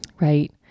Right